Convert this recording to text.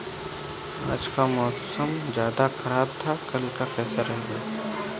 आज का मौसम ज्यादा ख़राब था कल का कैसा रहेगा?